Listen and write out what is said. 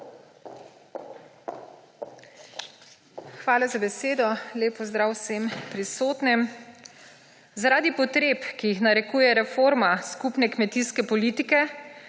Hvala za besedo. Lep pozdrav vsem prisotnim! Zaradi potreb, ki jih narekuje reforma skupne kmetijske politike,